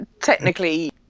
technically